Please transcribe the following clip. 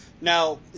Now